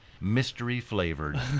mystery-flavored